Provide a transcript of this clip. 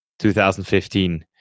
2015